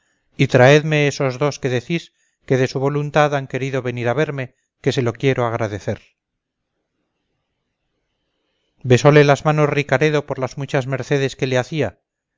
y traedme esos dos que decís que de su voluntad han querido venir a verme que se lo quiero agradecer besóle las manos ricaredo por las muchas mercedes que le hacía